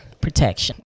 protection